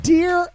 Dear